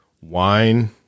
Wine